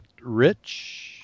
Rich